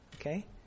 okay